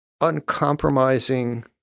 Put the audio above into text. uncompromising